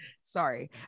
Sorry